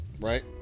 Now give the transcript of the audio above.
right